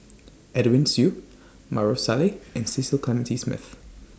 Edwin Siew Maarof Salleh and Cecil Clementi Smith